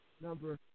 number